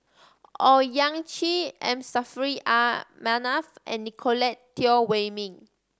Owyang Chi M Saffri A Manaf and Nicolette Teo Wei Min